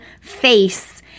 face